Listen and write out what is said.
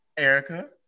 Erica